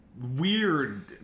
Weird